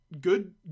good